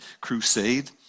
crusade